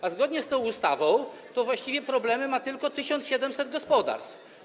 A zgodnie z tą ustawą to właściwie problemy ma tylko 1700 gospodarstw.